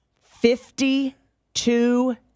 Fifty-two